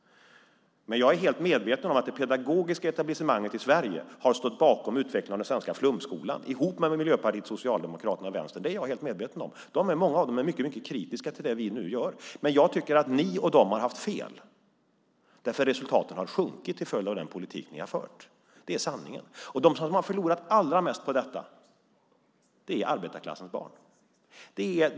Det pedagogiska etablissemanget i Sverige har tillsammans med Miljöpartiet, Socialdemokraterna och Vänstern stått bakom utvecklingen av den svenska flumskolan. Många av dem är mycket kritiska till det vi gör, men jag tycker att de och ni har haft fel, eftersom resultaten har försämrats till följd av den politik ni har fört. Det är sanningen. De som har förlorat allra mest på er politik är arbetarklassens barn.